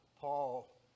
Paul